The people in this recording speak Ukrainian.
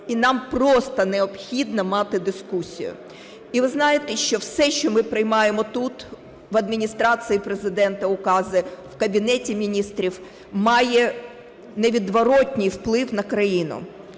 і нам просто необхідно мати дискусію. І ви знаєте, що все що ми приймаємо тут, в Адміністрації Президента укази, в Кабінеті Міністрів, має невідворотній вплив на країну.